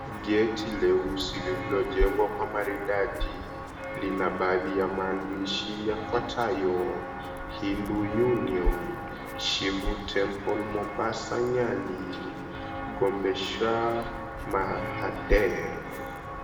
Geti leusi, lililojengwa kwa maridadi, lina baadhi ya maandishi yafuatayo, Hindu Union Shivle Temple Mombasa Nyali Gombesha Mahader.